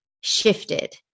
shifted